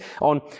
on